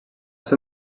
ser